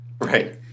Right